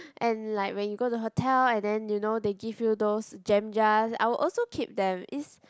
and like when you go to the hotel and then you know they give you those jam jars I also will keep them is